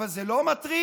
אבל זה לא מטריד,